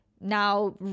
now